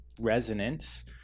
resonance